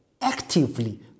actively